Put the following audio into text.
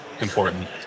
important